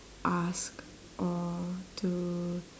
ask or to